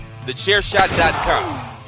TheChairshot.com